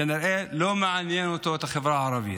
שכנראה לא מעניינת אותו החברה הערבית.